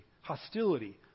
hostility